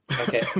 Okay